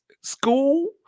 school